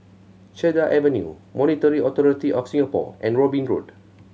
Cedar Avenue Monetary Authority Of Singapore and Robin Road